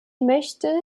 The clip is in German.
möchte